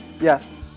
Yes